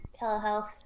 telehealth